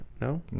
No